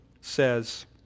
says